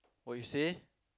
what you say